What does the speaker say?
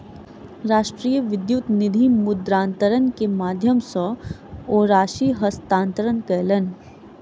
राष्ट्रीय विद्युत निधि मुद्रान्तरण के माध्यम सॅ ओ राशि हस्तांतरण कयलैन